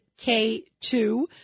K2